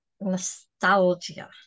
nostalgia